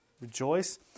Rejoice